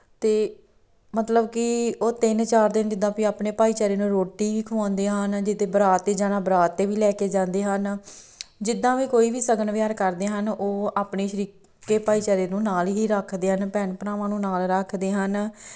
ਅਤੇ ਮਤਲਬ ਕਿ ਉਹ ਤਿੰਨ ਚਾਰ ਦਿਨ ਜਿੱਦਾਂ ਵੀ ਆਪਣੇ ਭਾਈਚਾਰੇ ਨੂੰ ਰੋਟੀ ਖਵਾਉਂਦੇ ਹਨ ਜੇ ਤਾਂ ਬਰਾਤ 'ਤੇ ਜਾਣਾ ਬਰਾਤ 'ਤੇ ਵੀ ਲੈ ਕੇ ਜਾਂਦੇ ਹਨ ਜਿੱਦਾਂ ਵੀ ਕੋਈ ਵੀ ਸ਼ਗਨ ਵਿਹਾਰ ਕਰਦੇ ਹਨ ਉਹ ਆਪਣੇੇ ਸ਼ਰੀਕੇ ਭਾਈਚਾਰੇ ਨੂੰ ਨਾਲ ਹੀ ਰੱਖਦੇ ਹਨ ਭੈਣ ਭਰਾਵਾਂ ਨੂੰ ਨਾਲ ਰੱਖਦੇ ਹਨ